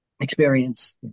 experience